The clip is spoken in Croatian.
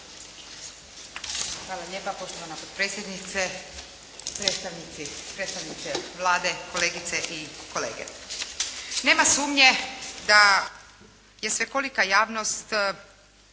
Hvala lijepa poštovana potpredsjednice, predstavnici i predstavnice Vlade, kolegice i kolege. Nema sumnje da je svekolika javnost